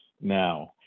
now